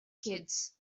kids